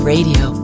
Radio